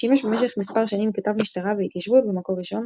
שימש במשך מספר שנים כתב משטרה והתיישבות ב"מקור ראשון".